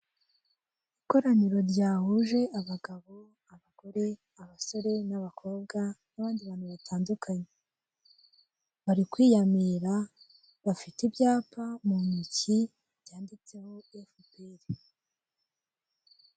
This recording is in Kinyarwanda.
Ikoraniro ryahuje abagabo, abagore, abasore n'abakobwa n'abandi bantu batandukanye. Bari kwiyamira bafite ibyapa mu ntoki byanditseho efuperi.